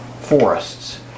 forests